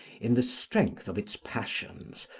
in the strength of its passions,